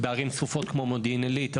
בערים צפופות כמו מודיעין עילית,